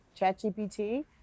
ChatGPT